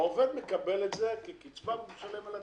העובד מקבל את זה כקצבה ומשלם עליה את המס.